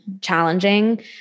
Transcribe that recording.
challenging